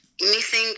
missing